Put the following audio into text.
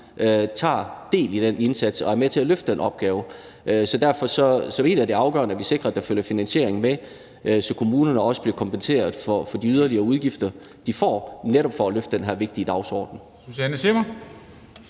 tager del i den indsats og er med til at løfte den opgave. Så derfor mener jeg, at det er afgørende, at vi sikrer, at der følger finansiering med, så kommunerne også bliver kompenseret for de yderligere udgifter, de får netop for at løfte den her vigtige dagsorden.